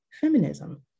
feminism